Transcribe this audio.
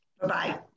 Bye-bye